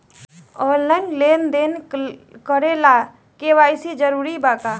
Online लेन देन करे ला के.वाइ.सी जरूरी बा का?